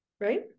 right